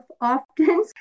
often